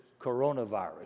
coronavirus